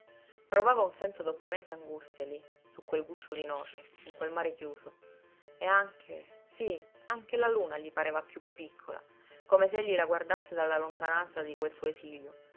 provava un senso d'opprimente angustia lí su quel guscio di noce in quel mare chiuso e anche sí anche la luna gli pareva piú piccola come se egli la guardasse dalla lontananza di quel suo esilio